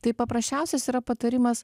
tai paprasčiausias yra patarimas